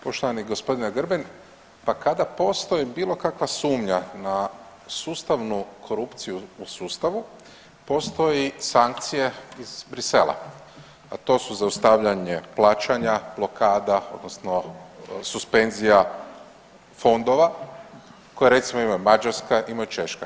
Poštovani gospodine Grbin, pa kada postoji bilo kakva sumnja na sustavnu korupciju u sustavu postoji sankcije iz Bruxellesa, a to su zaustavljanje plaćanja, blokada odnosno suspenzija fondova koje recimo imaju Mađarska, imaju Češka.